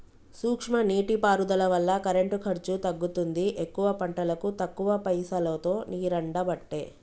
సూక్ష్మ నీటి పారుదల వల్ల కరెంటు ఖర్చు తగ్గుతుంది ఎక్కువ పంటలకు తక్కువ పైసలోతో నీరెండబట్టే